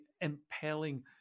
impelling